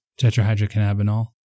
tetrahydrocannabinol